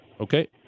Okay